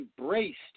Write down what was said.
embraced